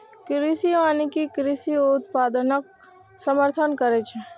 कृषि वानिकी कृषि उत्पादनक समर्थन करै छै